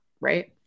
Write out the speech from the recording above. right